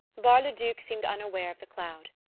bar-le-duc seemed unaware of the cloud.